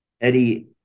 Eddie